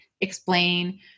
explain